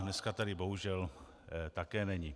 Dneska tady bohužel také není.